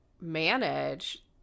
manage